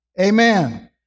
Amen